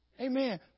Amen